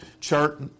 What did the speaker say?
chart